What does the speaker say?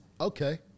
Okay